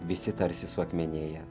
visi tarsi suakmenėja